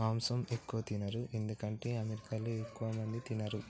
మాంసం ఎక్కువ తినరు ఎందుకంటే అమెరికాలో ఎక్కువ మంది తినరు